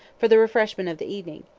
for the refreshment of the evening,